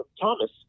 Thomas